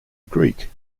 greek